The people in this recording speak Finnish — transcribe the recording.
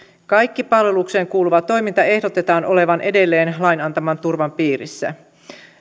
kaikki palvelukseen kuuluva toiminta ehdotetaan olevan edelleen lain antaman turvan piirissä